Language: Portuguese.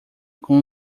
com